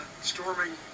storming